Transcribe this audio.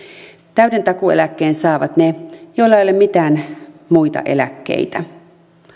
täyden takuueläkkeen saavat ne joilla ei ole mitään muita eläkkeitä